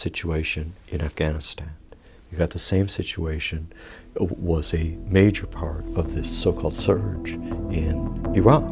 situation in afghanistan that the same situation was a major part of this so called surge in iraq